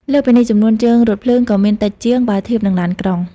លើសពីនេះ ចំនួនជើងរថភ្លើងក៏មានតិចជាង បើធៀបនឹងឡានក្រុង។